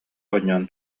оонньоон